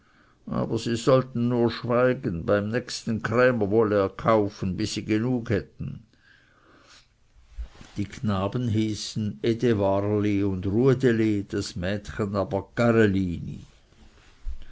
aber sie sollten nur schweigen beim nächsten krämer wolle er kaufen bis sie genug hatten die knaben hießen edewarli und ruedeli das mädchen aber